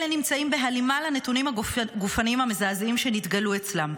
אלה נמצאים בהלימה לנתונים הגופניים המזעזעים שנתגלו אצלם,